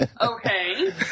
Okay